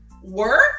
work